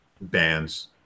bands